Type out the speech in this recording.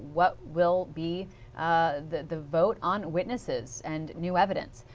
what will be the the vote on witnesses. and new evidence.